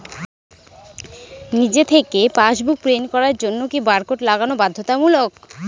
নিজে থেকে passbook print করার জন্য কি বারকোড লাগানো বাধ্যতামূলক?